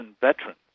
veterans